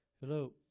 Hello